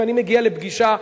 ואני מגיע לפגישה,